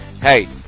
hey